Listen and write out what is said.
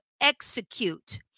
execute